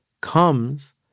comes